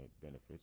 benefits